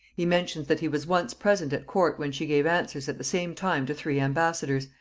he mentions that he was once present at court when she gave answers at the same time to three ambassadors,